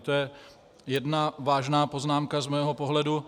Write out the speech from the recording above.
To je jedna vážná poznámka z mého pohledu.